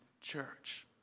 church